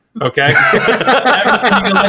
Okay